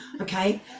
Okay